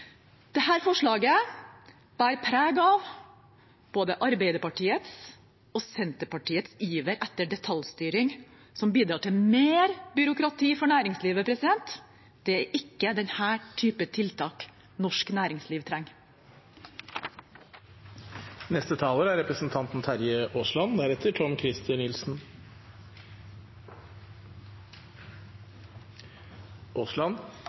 forslaget bærer preg av både Arbeiderpartiets og Senterpartiets iver etter detaljstyring, som bidrar til mer byråkrati for næringslivet. Det er ikke denne typen tiltak norsk næringsliv